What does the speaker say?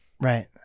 right